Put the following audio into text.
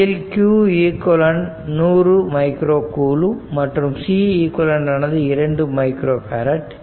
இதில் qeq 100 micro coulomb மற்றும் Ceq ஆனது 2 மைக்ரோ பேரட்